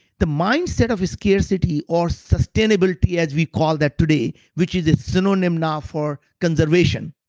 the mindset of a scarcity or sustainability as we call that today, which is a synonym now for conservation.